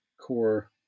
core